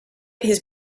his